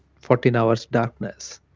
fourteen hours darkness,